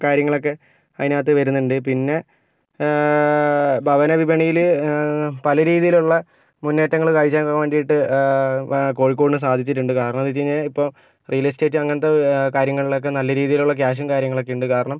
കാര്യങ്ങളൊക്കെ അതിനകത്ത് വരുന്നുണ്ട് പിന്നെ ഭവന വിപണിയിൽ പല രീതിയിലുള്ള മുന്നേറ്റങ്ങള് കാഴ്ച വെയ്ക്കാന് വേണ്ടിയിട്ട് കോഴിക്കോടിനു സാധിച്ചിട്ടുണ്ട് കാരണം എന്തെന്ന് വെച്ചു കഴിഞ്ഞാൽ ഇപ്പം റിയല് എസ്റ്റേറ്റ് അങ്ങനത്തെ കാര്യങ്ങളിലൊക്കെ നല്ല രീതിയിലുള്ള ക്യാഷും കാര്യങ്ങളും ഒക്കെ ഉണ്ട് കാരണം